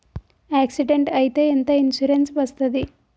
Accident అయితే ఎంత insurance వస్తది?